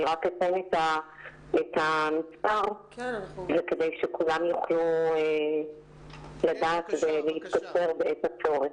אני רק אתן את המספר כדי שכולם יוכלו לדעת ולהתקשר בעת הצורך.